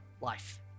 life